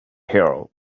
hero